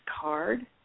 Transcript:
card